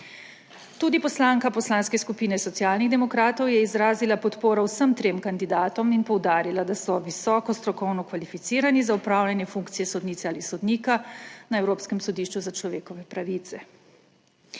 Tudi poslanka Poslanske skupine Socialnih demokratov je izrazila podporo vsem trem kandidatom in poudarila, da so visoko strokovno kvalificirani za opravljanje funkcije sodnice ali sodnika na Evropskem sodišču za človekove pravice.